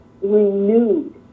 renewed